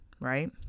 Right